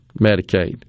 Medicaid